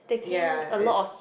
ya is